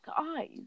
eyes